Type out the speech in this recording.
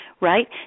right